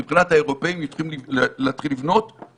מבחינת האירופים הם צריכים להתחיל לבנות,